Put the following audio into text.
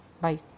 bye